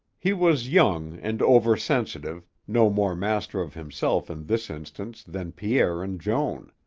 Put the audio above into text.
he was young and over-sensitive, no more master of himself in this instance than pierre and joan.